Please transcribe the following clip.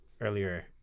earlier